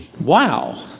wow